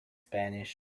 spanish